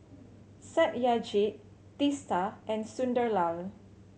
Satyajit Teesta and Sunderlal